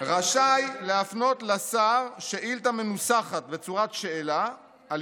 "רשאי להפנות לשר שאילתה מנוסחת בצורת שאלה על